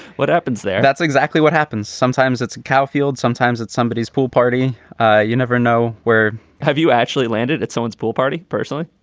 what happens there? that's exactly what happens sometimes. that's caulfield's, sometimes at somebodies pool party you never know where have you actually landed at someone's pool party. personally,